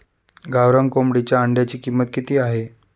गावरान कोंबडीच्या अंड्याची किंमत किती आहे?